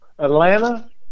Atlanta